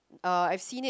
uh I've seen it